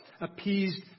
appeased